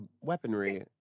weaponry